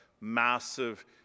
massive